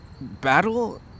battle